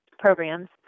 programs